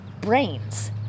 brains